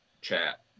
chat